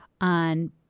on